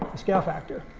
the scale factor.